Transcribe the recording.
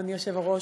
אדוני היושב-ראש,